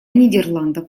нидерландов